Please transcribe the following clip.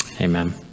amen